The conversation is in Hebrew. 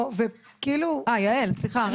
יעל עוד שנייה.